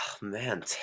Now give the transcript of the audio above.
man